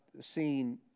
seen